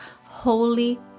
Holy